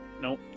Nope